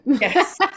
Yes